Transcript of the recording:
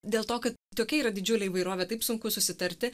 dėl to kad tokia yra didžiulė įvairovė taip sunku susitarti